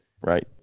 Right